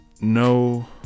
no